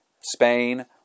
Spain